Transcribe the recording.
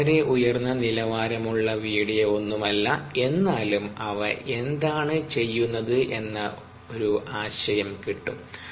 ഇത് വളരെ ഉയർന്ന നിലവാരമുള്ള വീഡിയോ ഒന്നുമല്ല എന്നാലും അവ എന്താണ് ചെയ്യുന്നത് എന്ന ഒരു ആശയം കിട്ടും